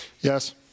Yes